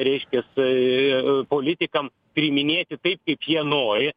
reiškias e politikams priiminėti tai kaip jie nori